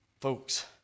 Folks